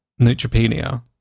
neutropenia